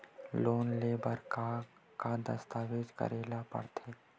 Loan ले बर का का दस्तावेज करेला पड़थे?